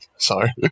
sorry